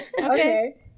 Okay